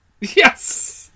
Yes